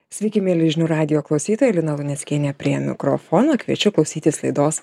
sveiki mieli žinių radijo klausytojai lina luneckienė prie mikrofono kviečiu klausytis laidos